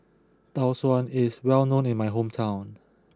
Tau Suan is well known in my hometown